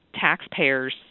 taxpayers